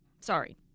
Sorry